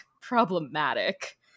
problematic